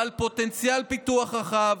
בעל פוטנציאל פיתוח רחב,